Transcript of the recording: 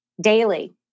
daily